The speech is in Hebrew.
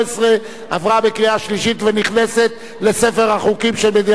18) עברה בקריאה שלישית ונכנסת לספר החוקים של מדינת ישראל.